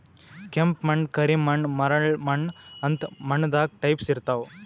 ಕೆಂಪ್ ಮಣ್ಣ್, ಕರಿ ಮಣ್ಣ್, ಮರಳ್ ಮಣ್ಣ್ ಅಂತ್ ಮಣ್ಣ್ ದಾಗ್ ಟೈಪ್ಸ್ ಇರ್ತವ್